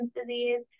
disease